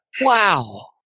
Wow